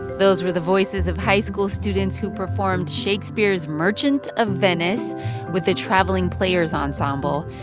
those were the voices of high school students who performed shakespeare's merchant of venice with the traveling players ensemble.